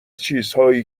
چیزهایی